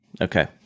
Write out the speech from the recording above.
Okay